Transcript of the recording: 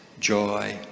joy